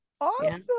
awesome